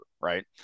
right